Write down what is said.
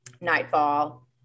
nightfall